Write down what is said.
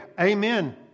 amen